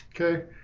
Okay